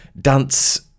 dance